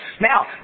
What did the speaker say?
Now